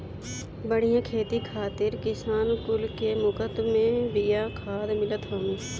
बढ़िया खेती खातिर किसान कुल के मुफत में बिया खाद मिलत हवे